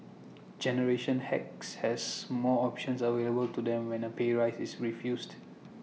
generation X has most options available to them when A pay rise is refused